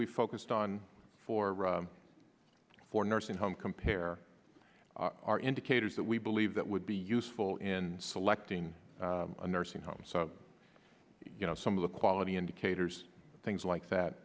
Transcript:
we focused on for for nursing home compare are indicators that we believe that would be useful in selecting a nursing home so you know some of the quality indicators things like that